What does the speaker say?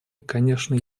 конечно